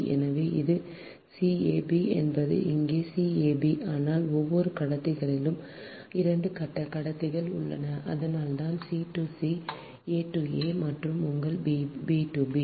எனவே இது c a b என்பது இங்கே c a b ஆனால் ஒவ்வொரு கட்டத்திலும் 2 கடத்திகள் உள்ளன அதனால்தான் c to c a to a மற்றும் உங்கள் b to b